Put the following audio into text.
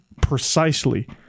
precisely